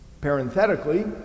Parenthetically